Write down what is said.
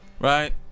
Right